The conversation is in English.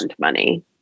money